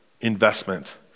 investment